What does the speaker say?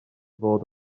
fod